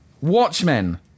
Watchmen